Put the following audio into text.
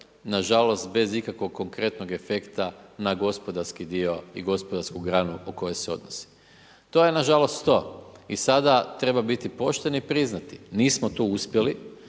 nažalost, bez ikakvog konkretnog efekta, na gospodarski dio i gospodarski granu o kojoj se odnosi. To je nažalost i sada treba biti pošten i priznati, nismo to uspjeli,